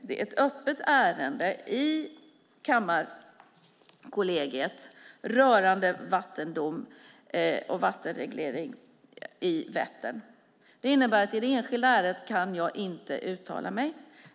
Det är ett öppet ärende i Kammarkollegiet rörande vattendom och vattenreglering i Vättern. Det innebär att jag inte kan uttala mig i det enskilda ärendet.